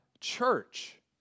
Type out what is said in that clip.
church